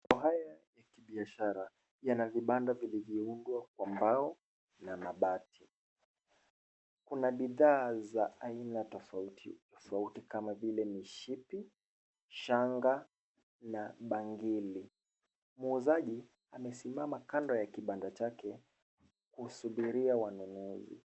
Maeneo haya ya kibiashara yana vibanda vilivyoundwa kwa mbao na mabati, kuna bidhaa za aina tofauti tofauti kama vile mishipi, shanga na bangili. Muuzaji amesimama kando ya kibanda chake kusubiria wanunuzi.